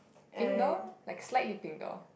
pink door like slightly pink door